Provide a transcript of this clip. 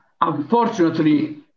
Unfortunately